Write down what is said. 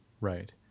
right